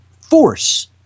force